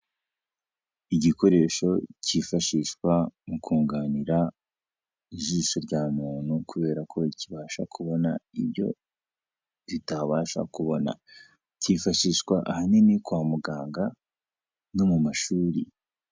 Igikoresho cyifashishwa mu kunganira ijisho rya muntu kubera ko kibasha kubona ibyo ritabasha kubona, cyifashishwa ahanini kwa muganga no mu mashuri.